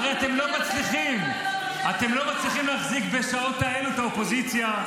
הרי אתם לא מצליחים להחזיק בשעות האלו את האופוזיציה,